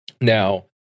Now